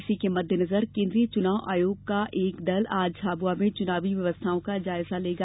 इसी के मद्देनजर केन्द्रीय चुनाव आयोग का एक दल आज झाबुआ में चुनावी व्यवस्थाओं का जायजा लेगा